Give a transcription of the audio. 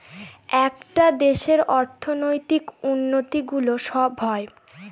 একটা দেশের অর্থনৈতিক উন্নতি গুলো সব হয়